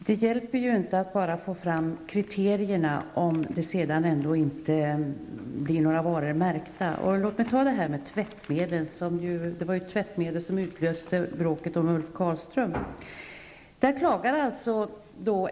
Herr talman! Det hjälper inte att få fram kriterier om sedan några varor inte blir märkta. Låt mig ta exemplet med tvättmedel -- det var ju märkning av tvättmedel som utlöste bråket om Ulf Karlström.